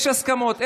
יש הסכמות,